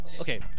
Okay